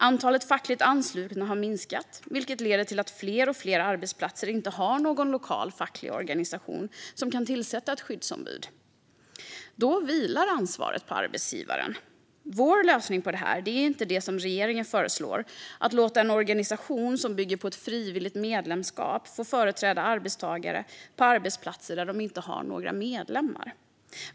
Antalet fackligt anslutna har minskat, vilket leder till att fler och fler arbetsplatser inte har någon lokal facklig organisation som kan tillsätta ett skyddsombud. Då vilar ansvaret på arbetsgivaren. Vår lösning på detta är inte det som regeringen föreslår: att låta en organisation som bygger på ett frivilligt medlemskap få företräda arbetstagare på arbetsplatser där de inte har några medlemmar.